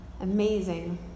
Amazing